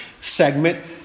segment